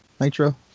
Nitro